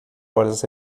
horas